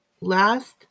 last